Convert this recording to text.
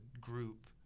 group